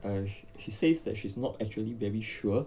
err she says that she's not actually very sure